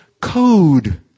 code